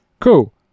Cool